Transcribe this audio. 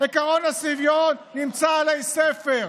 עקרון השוויון נמצא עלי ספר,